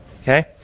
Okay